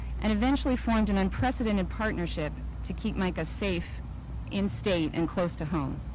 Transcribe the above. and eventually formed an unprecedented partnership to keep mica safe in state and close to home.